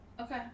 Okay